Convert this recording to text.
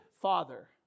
father